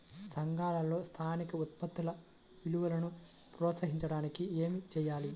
సంఘాలలో స్థానిక ఉత్పత్తుల విలువను ప్రోత్సహించడానికి ఏమి చేయాలి?